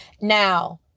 now